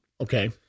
Okay